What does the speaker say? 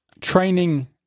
training